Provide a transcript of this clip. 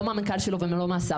לא מהמנכ"ל שלו ולא מהשר,